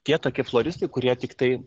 tie tokie floristai kurie tiktai